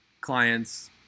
clients